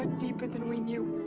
deeper than we knew.